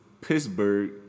Pittsburgh